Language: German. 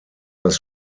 das